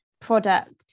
product